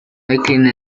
declinó